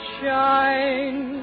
shine